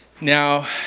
Now